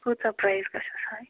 کۭژاہ پرٛایِس گژھٮ۪س ہاے